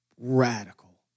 Radical